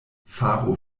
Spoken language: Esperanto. faru